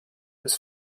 his